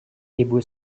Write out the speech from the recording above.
ibu